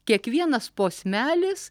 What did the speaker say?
kiekvienas posmelis